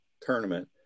tournament